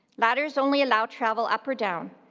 ladders only allow travel up or down,